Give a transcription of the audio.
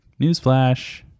Newsflash